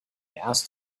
asked